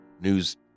news